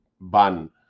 ban